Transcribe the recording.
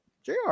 JR